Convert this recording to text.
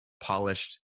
polished